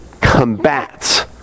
combats